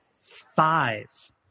five